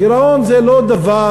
גירעון זה לא דבר